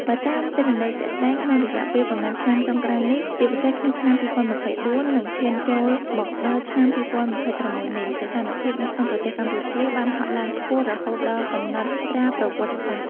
បើតាមទិន្នន័យជាក់ស្តែងក្នុងរយៈពេលប៉ុន្មានឆ្នាំចុងក្រោយនេះ ជាពិសេសក្នុងឆ្នាំ ២០២៤ និងឈានចូលមកដល់ឆ្នាំ ២០២៦ នេះ សីតុណ្ហភាពនៅក្នុងប្រទេសកម្ពុជាបានហក់ឡើងខ្ពស់រហូតដល់កំណត់ត្រាប្រវត្តិសាស្ត្រ។